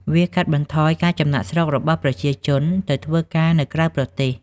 វាកាត់បន្ថយការចំណាកស្រុករបស់ប្រជាជនទៅធ្វើការនៅក្រៅប្រទេស។